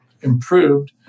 improved